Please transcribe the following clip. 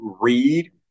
read